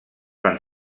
van